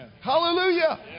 Hallelujah